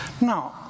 Now